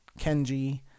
Kenji